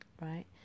right